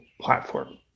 platform